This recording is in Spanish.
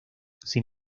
sin